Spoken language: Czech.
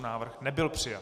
Návrh nebyl přijat.